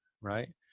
right